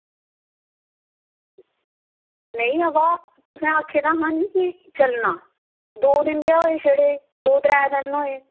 नेईं बा तुसें आक्खे दा हा निं चलना दौ दिन गै होये छड़े दौ त्रै दिन गे होये